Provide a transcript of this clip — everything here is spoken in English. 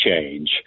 change